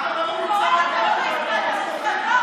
(חבר הכנסת איתמר בן גביר יוצא מאולם המליאה).